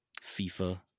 FIFA